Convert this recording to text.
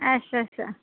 अच्छा अच्छा